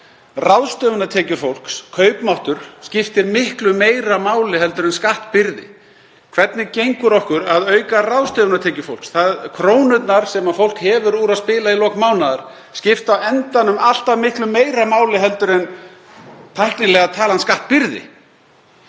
Ráðstöfunartekjur fólks, kaupmáttur, skiptir miklu meira máli en skattbyrði. Hvernig gengur okkur að auka ráðstöfunartekjur fólks? Krónurnar sem fólk hefur úr að spila í lok mánaðar skipta á endanum alltaf miklu meira máli en tæknilega talan skattbyrði.